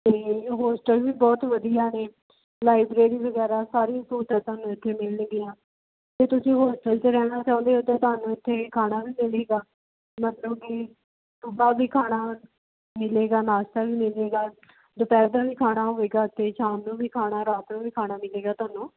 ਅਤੇ ਹੋਸਟਲ ਵੀ ਬਹੁਤ ਵਧੀਆ ਨੇ ਲਾਈਬ੍ਰੇਰੀ ਵਗੈਰਾ ਸਾਰੀ ਸਹੂਲਤਾਂ ਤੁਹਾਨੂੰ ਇੱਥੇ ਮਿਲਣਗੀਆਂ ਅਤੇ ਤੁਸੀਂ ਹੋਸਟਲ 'ਚ ਰਹਿਣਾ ਚਾਹੁੰਦੇ ਹੋ ਤਾਂ ਤੁਹਾਨੂੰ ਇੱਥੇ ਖਾਣਾ ਵੀ ਮਿਲੇਗਾ ਮਤਲਬ ਕਿ ਸੁਬਹਾ ਵੀ ਖਾਣਾ ਮਿਲੇਗਾ ਨਾਸ਼ਤਾ ਵੀ ਮਿਲੇਗਾ ਦੁਪਹਿਰ ਦਾ ਵੀ ਖਾਣਾ ਹੋਵੇਗਾ ਅਤੇ ਸ਼ਾਮ ਨੂੰ ਵੀ ਖਾਣਾ ਰਾਤ ਨੂੰ ਵੀ ਖਾਣਾ ਮਿਲੇਗਾ ਤੁਹਾਨੂੰ